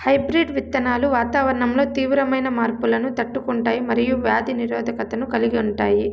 hybrid విత్తనాలు వాతావరణంలో తీవ్రమైన మార్పులను తట్టుకుంటాయి మరియు వ్యాధి నిరోధకతను కలిగి ఉంటాయి